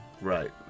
Right